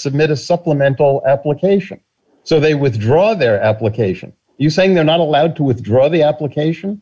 submit a supplemental application so they withdraw their application you saying they're not allowed to withdraw the application